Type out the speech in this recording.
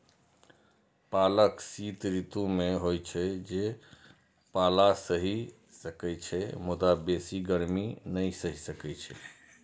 पालक शीत ऋतु मे होइ छै, जे पाला सहि सकै छै, मुदा बेसी गर्मी नै सहि सकै छै